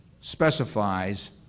specifies